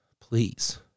please